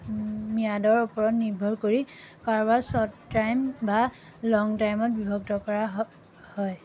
মাদ্যৰ ওপৰত নিৰ্ভৰ কৰি কাৰোবোৰ শ্বৰ্ট টাইমত বা লং টাইমত বিভক্ত কৰা হয় হয়